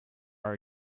our